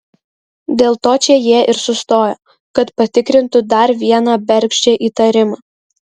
dėl to čia jie ir sustojo kad patikrintų dar vieną bergždžią įtarimą